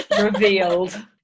Revealed